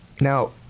Now